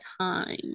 time